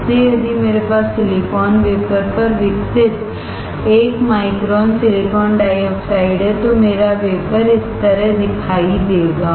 इसलिए यदि मेरे पास सिलिकॉन वेफर पर विकसित 1 माइक्रोन सिलिकॉन डाइऑक्साइड है तो मेरा वेफर इस तरह दिखाई देगा